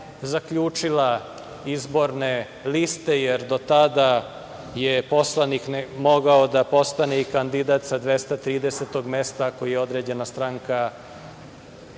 zaključila izborne liste, jer do tada je poslanik mogao da postane i kandidat sa dvestatridesetog mesta, koji određena stranka